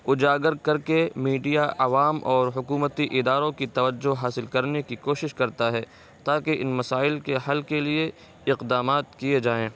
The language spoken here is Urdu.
اجاگر کر کے میڈیا عوام اور حکومتی اداروں کی توجہ حاصل کرنے کی کوشش کرتا ہے تاکہ ان مسائل کے حل کے لیے اقدامات کیے جائیں